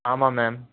ஆமாம் மேம்